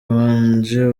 wanje